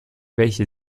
welche